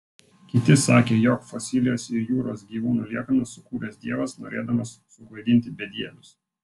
kiti sakė jog fosilijas ir jūros gyvūnų liekanas sukūręs dievas norėdamas suklaidinti bedievius